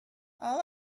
all